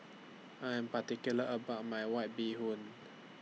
I Am particular about My White Bee Hoon